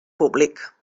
públic